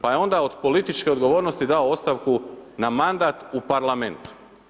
Pa je onda od političke odgovornosti dao ostavku na mandat u Parlamentu.